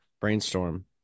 Brainstorm